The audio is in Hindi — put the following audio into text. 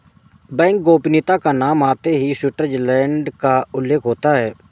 बैंक गोपनीयता का नाम आते ही स्विटजरलैण्ड का उल्लेख होता हैं